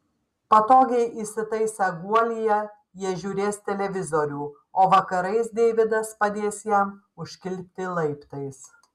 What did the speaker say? patogiai įsitaisę guolyje jie žiūrės televizorių o vakarais deividas padės jam užkilti laiptais